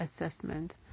assessment